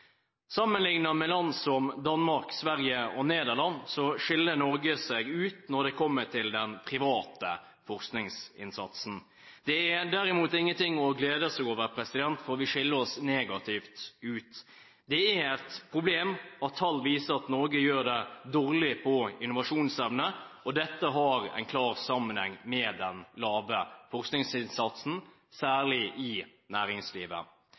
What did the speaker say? Sammenliknet med land som Danmark, Sverige og Nederland skiller Norge seg ut når det kommer til den private forskningsinnsatsen. Det er derimot ingenting å glede seg over, for vi skiller oss negativt ut. Det er et problem at tall viser at Norge gjør det dårlig på innovasjonsevne. Dette har en klar sammenheng med den lave forskningsinnsatsen, særlig i næringslivet.